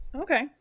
okay